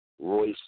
Royce